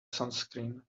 sunscreen